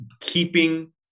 keeping